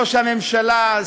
ראש הממשלה,